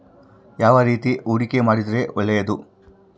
ಯಾವ ರೇತಿ ಹೂಡಿಕೆ ಮಾಡಿದ್ರೆ ಒಳ್ಳೆಯದು?